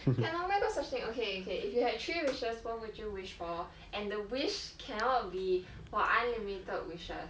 can oh my god question okay okay if you had three wishes what would you wish for and the wish cannot be for unlimited wishes